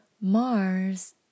Mars